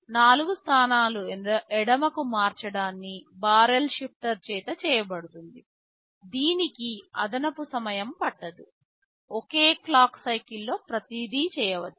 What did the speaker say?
4 స్థానాలు ఎడమకు మార్చడాన్ని బారెల్ షిఫ్టర్ చేత చేయబడుతుంది దీనికి అదనపు సమయం పట్టదు ఒకే క్లాక్ సైకిల్ లో ప్రతిదీ చేయవచ్చు